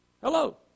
Hello